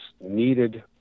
needed